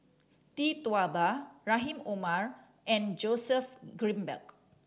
Tee Tua Ba Rahim Omar and Joseph Grimberg